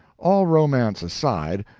all romance aside,